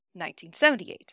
1978